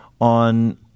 on